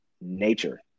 nature